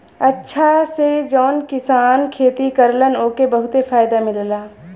अचछा से जौन किसान खेती करलन ओके बहुते फायदा मिलला